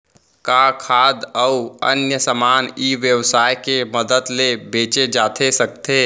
का खाद्य अऊ अन्य समान ई व्यवसाय के मदद ले बेचे जाथे सकथे?